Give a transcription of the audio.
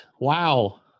Wow